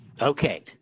Okay